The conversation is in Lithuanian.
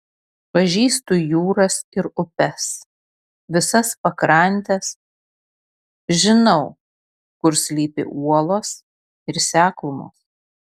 pažįstu jūras ir upes visas pakrantes žinau kur slypi uolos ir seklumos